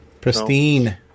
Pristine